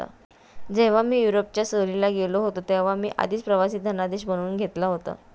जेव्हा मी युरोपच्या सहलीला गेलो होतो तेव्हा मी आधीच प्रवासी धनादेश बनवून घेतला होता